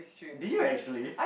did you actually